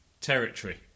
territory